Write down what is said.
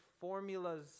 formulas